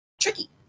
tricky